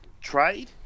trade